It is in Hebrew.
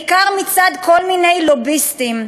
בעיקר מצד כל מיני לוביסטים.